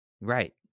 right